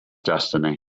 destiny